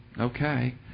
okay